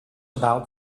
about